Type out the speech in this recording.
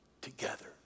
together